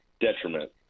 detriment